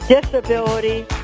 disability